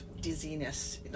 dizziness